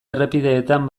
errepideetan